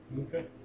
Okay